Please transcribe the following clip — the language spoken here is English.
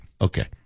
Okay